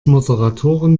moderatoren